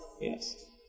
Yes